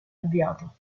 avviato